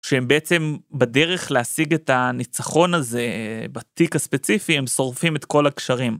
שהם בעצם בדרך להשיג את הניצחון הזה, בתיק הספציפי, הם שורפים את כל הקשרים.